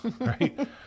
Right